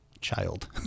child